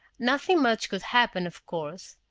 nothing much could happen, of course.